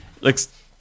looks